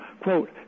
quote